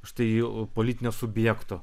štai jau politinio subjekto